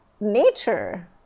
nature